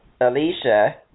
Alicia